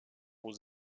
aux